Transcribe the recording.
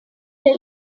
der